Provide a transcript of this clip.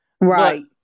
Right